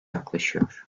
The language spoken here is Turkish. yaklaşıyor